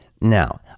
Now